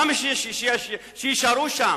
למה שיישארו שם?